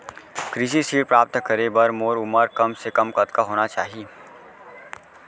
कृषि ऋण प्राप्त करे बर मोर उमर कम से कम कतका होना चाहि?